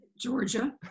Georgia